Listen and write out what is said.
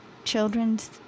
children's